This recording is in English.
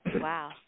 Wow